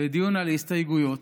בדיון על הסתייגויות.